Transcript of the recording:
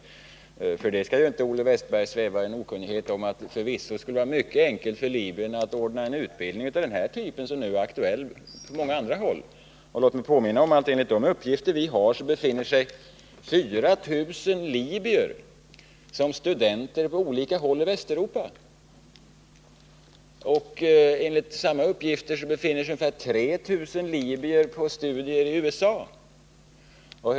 För den skull skall ju inte Olle Wästberg sväva i okunnighet om att det förvisso skulle vara mycket enkelt för libyerna att på många andra håll ordna en utbildning av den typ som nu är aktuell. Låt mig påminna om att enligt de uppgifter vi har så befinner sig 4 000 libyer som studenter på olika håll i Västeuropa. Enligt samma uppgifter befinner sig ungefär 3 000 libyer i USA för studier.